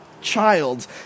child